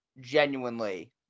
genuinely